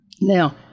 Now